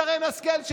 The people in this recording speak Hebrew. שרן השכל,